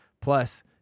Plus